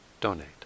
donate